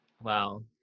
Wow